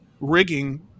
rigging